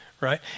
right